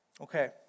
Okay